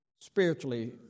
spiritually